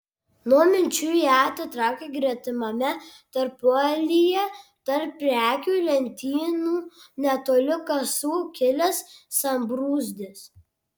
nuo minčių ją atitraukė gretimame tarpueilyje tarp prekių lentynų netoli kasų kilęs sambrūzdis